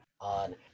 on